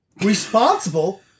responsible